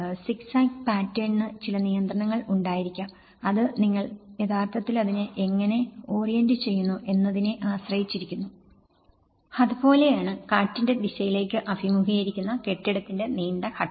zigzag പാറ്റേണിന് ചില നിയന്ത്രണങ്ങൾ ഉണ്ടായിരിക്കും അത് നിങ്ങൾ യഥാർത്ഥത്തിൽ അതിനെ എങ്ങനെ ഓറിയന്റുചെയ്യുന്നു എന്നതിനെ ആശ്രയിച്ചിരിക്കുന്നു അതുപോലെ കാറ്റിന്റെ ദിശയിലേക്ക് അഭിമുഖീകരിക്കുന്ന കെട്ടിടത്തിന്റെ നീണ്ട ഘട്ടവും